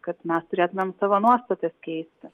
kad mes turėtumėm savo nuostatas keisti